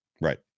Right